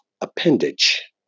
appendage